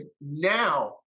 now